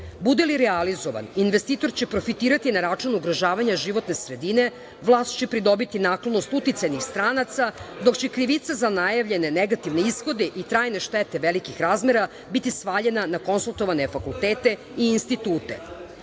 Bude li realizovan, investitor će profitirati na račun ugrožavanja životne sredine, vlast će pridobiti naklonost uticajnih stranaca, dok će krivica za najavljene negativne ishode i trajne štete velikih razmera biti svaljena na konsultovane fakultete i institute.